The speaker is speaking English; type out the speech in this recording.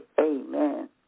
Amen